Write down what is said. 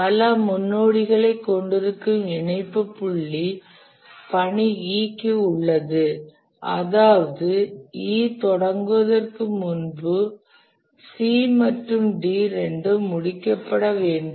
பல முன்னோடிகளைக் கொண்டிருக்கும் இணைப்பு புள்ளி பணி E க்கு உள்ளது அதாவது E தொடங்குவதற்கு முன்பு C மற்றும் D இரண்டும் முடிக்கப்பட வேண்டும்